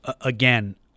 again